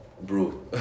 Bro